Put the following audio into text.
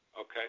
okay